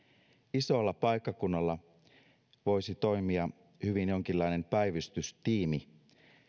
isolla paikkakunnalla voisi toimia hyvin jonkinlainen päivystystiimi